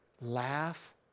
laugh